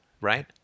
right